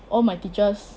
all my teachers